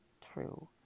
true